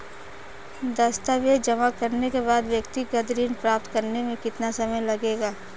दस्तावेज़ जमा करने के बाद व्यक्तिगत ऋण प्राप्त करने में कितना समय लगेगा?